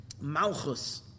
Malchus